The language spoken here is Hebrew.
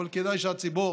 אבל כדאי שהציבור